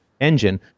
engine